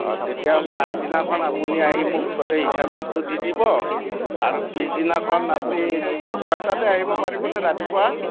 অঁ তেতিয়াহ'লে আগদিনাখন আপুনি আহি মোক গোটেই হিচাপটো দি দিব আৰু পিছদিনাখন আপুনি ছয়টাতে আহিব পাৰিবনে ৰাতিপুৱা